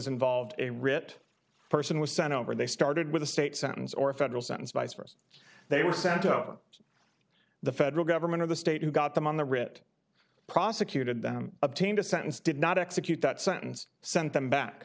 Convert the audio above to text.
involve a writ person was sent over they started with a state sentence or a federal sentence vice versa they were sent to the federal government of the state who got them on the writ prosecuted that obtained a sentence did not execute that sentence sent them back